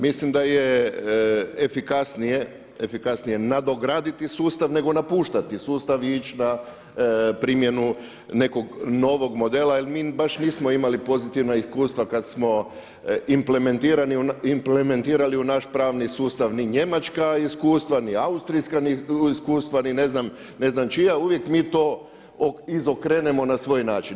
Mislim da je efikasnije nadograditi sustav nego napuštati sustav i ići na primjenu nekog novog modela jer mi baš nismo imali pozitivna iskustva kada smo implementirali u naš pravni sustav, ni njemačka iskustva, ni austrijska iskustva ni ne znam čija, uvijek mi to izokrenemo na svoj način.